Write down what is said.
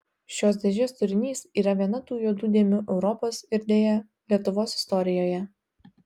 šios dėžės turinys yra viena tų juodų dėmių europos ir deja lietuvos istorijoje